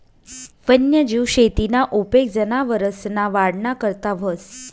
वन्यजीव शेतीना उपेग जनावरसना वाढना करता व्हस